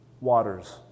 waters